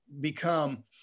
become